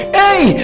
hey